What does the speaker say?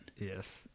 yes